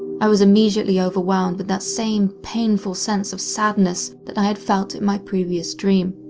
i was immediately overwhelmed with that same painful sense of sadness that i had felt in my previous dream.